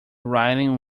writing